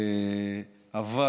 אבל